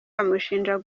bamushinja